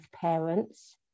parents